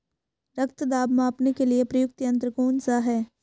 रक्त दाब मापने के लिए प्रयुक्त यंत्र कौन सा है?